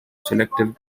selective